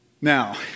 Now